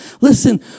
Listen